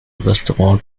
restaurant